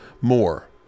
more